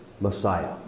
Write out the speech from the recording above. Messiah